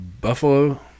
buffalo